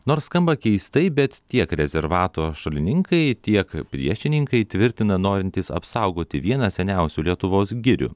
nors skamba keistai bet tiek rezervato šalininkai tiek priešininkai tvirtina norintys apsaugoti vieną seniausių lietuvos girių